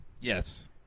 Yes